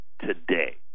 today